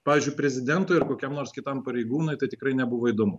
pavyzdžiui prezidentui ir kokiam nors kitam pareigūnui tai tikrai nebuvo įdomu